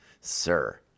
sir